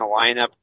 lineup